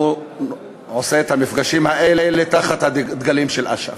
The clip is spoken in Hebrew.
הוא עושה את המפגשים האלה תחת הדגלים של אש"ף.